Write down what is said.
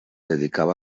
dedicava